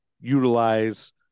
utilize